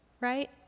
Right